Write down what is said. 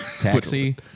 Taxi